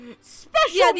Special